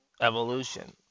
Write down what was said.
Evolution